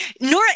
Nora